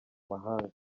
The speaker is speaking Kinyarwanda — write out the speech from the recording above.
mahanga